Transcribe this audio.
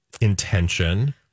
intention